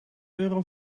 euro